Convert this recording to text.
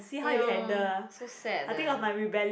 ya so sad leh